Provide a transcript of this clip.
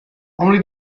only